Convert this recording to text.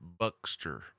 Buckster